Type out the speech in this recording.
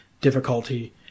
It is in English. difficulty